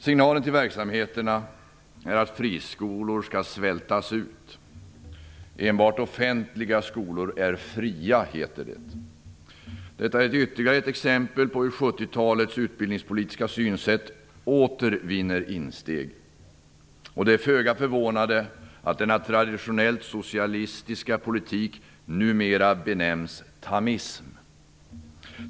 Signalen till verksamheten är att friskolor skall svältas ut. Enbart offentliga skolor är fria, heter det. Detta är ytterligare ett exempel på hur 70-talets utbildningspolitiska synsätt åter vinner insteg. Det är föga förvånande att denna traditionellt socialistiska politik numera benämns Thamism.